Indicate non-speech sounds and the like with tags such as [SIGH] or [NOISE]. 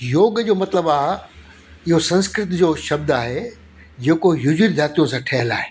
योग जो मतिलब आहे इहो संस्कृत जो शब्द आहे जेको [UNINTELLIGIBLE] धातूअ सां ठहियल आहे